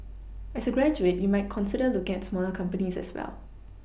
as a graduate you might consider looking at smaller companies as well